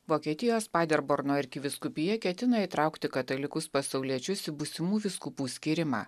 vokietijos paderborno arkivyskupija ketina įtraukti katalikus pasauliečius į būsimų vyskupų skyrimą